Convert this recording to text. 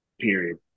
period